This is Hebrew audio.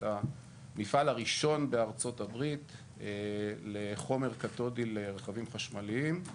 המפעל הראשון בארצות הברית לחומר קתודי לרכבים חשמליים,